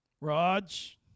Raj